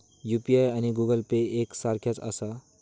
UPI आणि Google Pay एक सारख्याच आसा?